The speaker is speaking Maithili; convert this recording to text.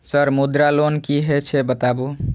सर मुद्रा लोन की हे छे बताबू?